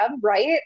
right